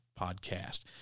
podcast